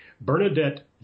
Bernadette